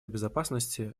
безопасности